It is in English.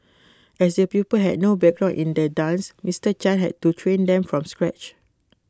as the pupil had no background in the dance Mister chan had to train them from scratch